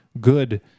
good